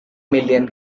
million